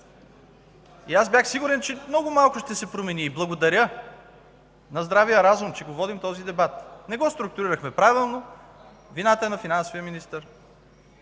И бях сигурен, че много малко ще се промени. Благодаря на здравия разум, че водим този дебат. Не го структурирахме правилно, вината е на финансовия министър.